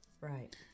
Right